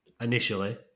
initially